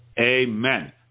Amen